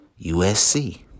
USC